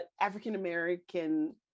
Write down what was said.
African-American